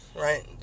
Right